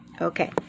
Okay